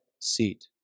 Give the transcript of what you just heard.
seat